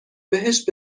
بهشت